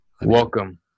Welcome